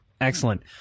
Excellent